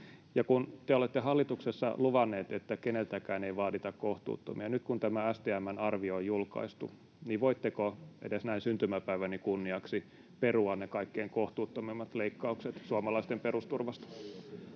Kun te olette hallituksessa luvanneet, että keneltäkään ei vaadita kohtuuttomia, ja nyt kun tämä STM:n arvio on julkaistu, niin voitteko edes näin syntymäpäiväni kunniaksi perua ne kaikkein kohtuuttomimmat leikkaukset suomalaisten perusturvasta?